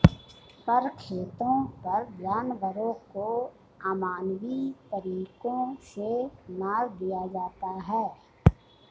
फर खेतों पर जानवरों को अमानवीय तरीकों से मार दिया जाता है